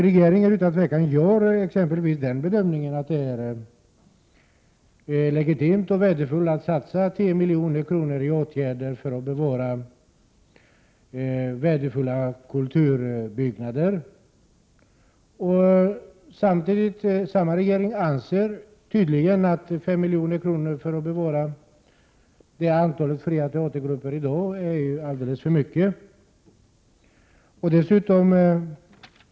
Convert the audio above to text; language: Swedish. Regeringen gör exempelvis den bedömningen att det är legitimt att satsa 10 milj.kr. på åtgärder för att bevara värdefulla kulturbyggnader. Samma regering anser tydligen att 5 milj.kr. för att bevara det antal fria teatergrupper som finns i dag är alldeles för mycket.